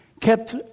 kept